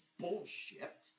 bullshit